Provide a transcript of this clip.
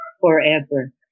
forever